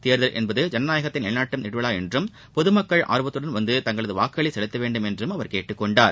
தேர்தல் என்பது ஜனநாயகத்தை நிலைநாட்டும் விழா என்றும் பொதுமக்கள் ஆர்வமுடன் வந்து தங்களது வாக்குகளை செலுத்த வேண்டும் என்றும் அவர் கேட்டுக் கொண்டார்